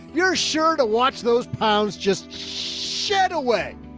you're sure to watch those pounds just shed away,